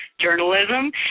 journalism